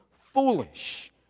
foolish